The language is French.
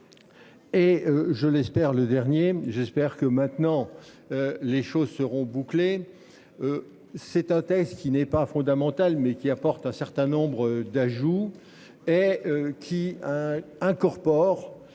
Et je l'espère, le dernier, j'espère que maintenant. Les choses seront bouclés. C'est un texte qui n'est pas fondamental mais qui apporte un certain nombre d'ajouts et. Qui incorpore.